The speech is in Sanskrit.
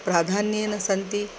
प्राधान्येन सन्ति